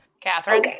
Catherine